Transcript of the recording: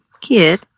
Kid